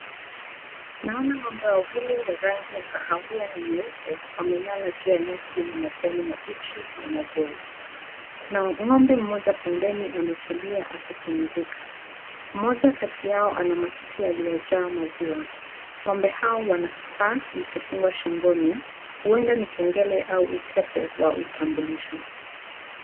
Naona ng'ombe wawili wa rangi ya kahawia na nyeupe wamelala juu ya nyasi na majani mabichi na mazuri. Kuna ng'ombe mmoja pembeni ametulia akipumzika. Mmoja kati yao ana matiti yaliyojaa maziwa. Ng'ombe hawa wana kifaa kilichofungwa shingoni, huenda ni kengele au utepe wa utambulisho.